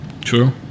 true